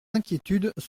inquiétudes